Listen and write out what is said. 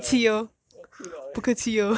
我要哭 liao eh 我要哭 liao eh